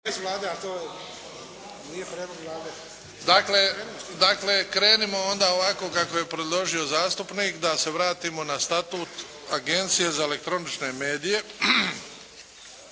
Dakle krenimo onda ovako kako je predložio zastupnik, da se vratimo na Statut Agencije za elektronične medije.